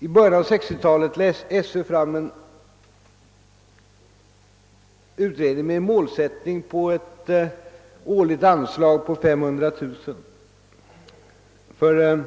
I början av 1960-talet lade Sö fram en utredning med målsättningen ett årligt anslag på 500 000 kronor för